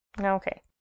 Okay